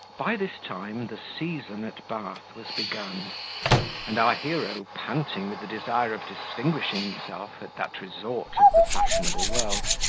by this time, the season at bath was begun and our hero, panting with the desire of distinguishing himself at that resort of the fashionable world,